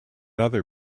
other